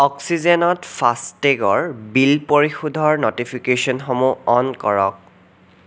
অক্সিজেনত fast টেগৰ bill পৰিশোধৰ ন'টিফিকেশ্যনসমূহ অ'ন কৰক